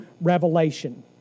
Revelation